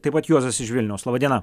taip pat juozas iš vilniaus laba diena